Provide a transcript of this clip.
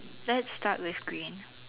let's start with green